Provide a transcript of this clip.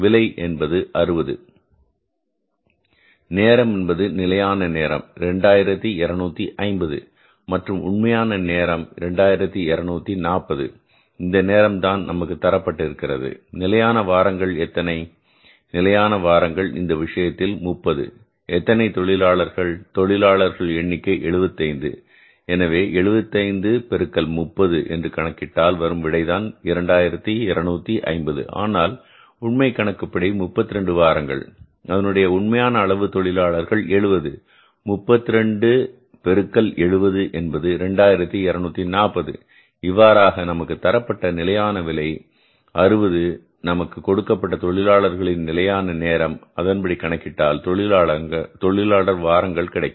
விலை என்பது 60 நேரம் என்பது நிலையான நேரம் 2250 மற்றும் உண்மையான நேரம் 2240 இந்த நேரம்தான் நமக்கு தரப்பட்டிருக்கிறது நிலையான வாரங்கள் எத்தனை நிலையான வாரங்கள் இந்த விஷயத்தில் 30 எத்தனை தொழிலாளர்கள் தொழிலாளர் எண்ணிக்கை 75 எனவே 75 பெருக்கல் 30 என்று கணக்கிட்டால் வரும் விடை 2250 ஆனால் உண்மை கணக்குப்படி 32 வாரங்கள் அதனுடைய உண்மையான அளவு தொழிலாளர்கள் 70 32 பெருக்கல் 70 என்பது 2240 இவ்வாறாக நமக்கு தரப்பட்ட நிலையான விலை 60 நமக்கு கொடுக்கப்பட்ட தொழிலாளர்கள் நிலையான நேரம் அதன்படி கணக்கிட்டால் தொழிலாளர் வாரங்கள் கிடைக்கும்